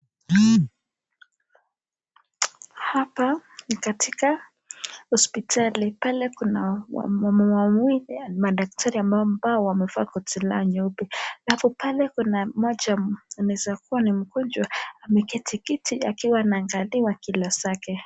Hapa ni katika hospitali, pale kuna wamama wawili, madaktari ambao wamevaa koti lao nyeupe. Halafu pale kuna mmoja anaeza kuwa ni mgonjwa ameketi chini anajaziwa kilo zake.